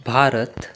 Bharat